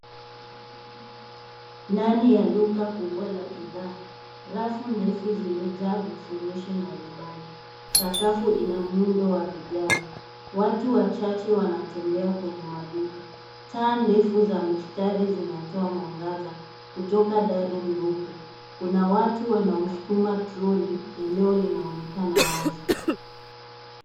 Ndani ya duka kubwa la bidhaa. Rafu ndefu zimejaa vifurushi mbalimbali. Sakafu ina muundo wa vigae. Watu wachache wanatembea kwenye maduka. Taa ndefu za mistari zinatoa mwangaza kutoka dari nyeupe. Kuna watu wanaoskuma toroli. Eneo linaonekana wazi.